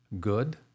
good